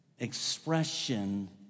Expression